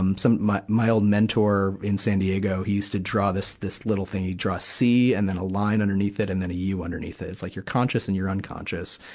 um some, my, my old mentor in san diego, he used to draw this, this little thing, he'd draw c, and then a line underneath it, and then a u underneath it. it's like you're conscious and you're unconscious.